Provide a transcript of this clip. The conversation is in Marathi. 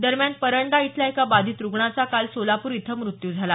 दरम्यान परंडा इथल्या एका बाधित रुग्णाचा काल सोलापूर इथं मृत्यू झाला